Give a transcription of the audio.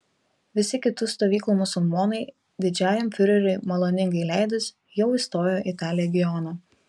visi kitų stovyklų musulmonai didžiajam fiureriui maloningai leidus jau įstojo į tą legioną